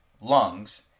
lungs